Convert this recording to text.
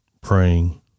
praying